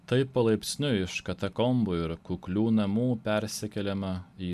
taip palaipsniui iš katakombų ir kuklių namų persikeliama į